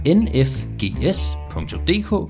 nfgs.dk